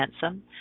handsome